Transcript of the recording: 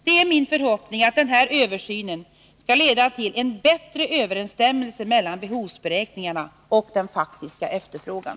Det är min förhoppning att denna översyn skall leda till en bättre överensstämmelse mellan behovsberäkningarna och den faktiska efterfrågan.